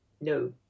no